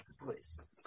please